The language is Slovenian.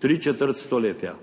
Tri četrt stoletja.